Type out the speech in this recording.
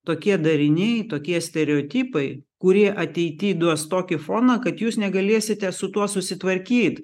tokie dariniai tokie stereotipai kurie ateity duos tokį foną kad jūs negalėsite su tuo susitvarkyt